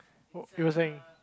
what you were saying